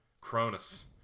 Cronus